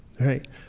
right